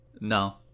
No